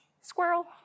squirrel